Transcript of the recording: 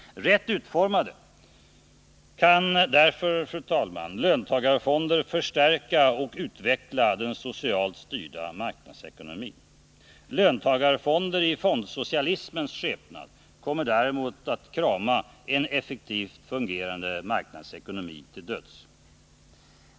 Rätt utformade kan därför, fru talman, löntagarfonder förstärka och utveckla den socialt styrda marknadsekonomin. Löntagarfonder i fondsocialismens skepnad kommer däremot att krama en effektivt fungerande marknadsekonomi till döds.